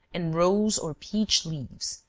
and rose or peach leaves,